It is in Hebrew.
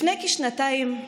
לפני כשנתיים,